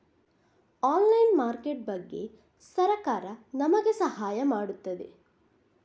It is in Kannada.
ಆನ್ಲೈನ್ ಮಾರ್ಕೆಟ್ ಬಗ್ಗೆ ಸರಕಾರ ನಮಗೆ ಸಹಾಯ ಮಾಡುತ್ತದೆ?